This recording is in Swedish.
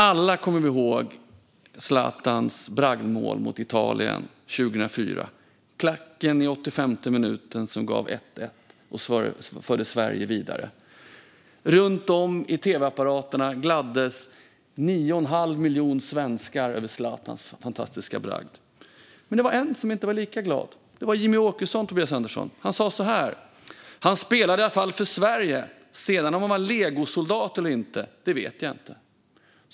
Alla kommer vi ihåg Zlatans bragdmål mot Italien 2004, klacken i 85:e minuten som gav 1-1 och förde Sverige vidare. Runt om vid tv-apparaterna gladdes 9,5 miljoner svenskar över Zlatans fantastiska bragd. Men det var en som inte var lika glad, Tobias Andersson, och det var Jimmie Åkesson. Han sa så här: Han spelade i alla fall för Sverige. Om han sedan var legosoldat eller inte vet jag inte.